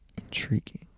Intriguing